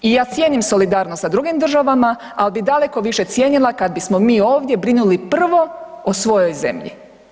I ja cijenim solidarnost sa drugim državama, ali bih daleko više cijenila kada bismo mi ovdje brinuli prvo o svojoj zemlji.